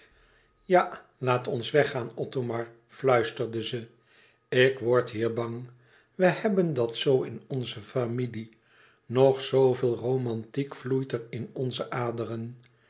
ja laat ons weggaan othomar fluisterde ze ik word hier bang we hebben dat zoo in onze familie nog zooveel romantiek vloeit er in onze aderen